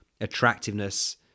attractiveness